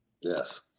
Yes